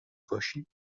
باشید